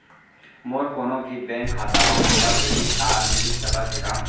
मोर कोनो भी बैंक खाता मा मोला डेबिट कारड मिलिस सकत हे का?